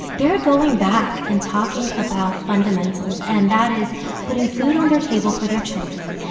they're going back and talking about fundamentals, and that is putting food on their table for their children,